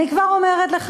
אני כבר אומרת לך,